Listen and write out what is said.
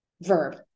Verb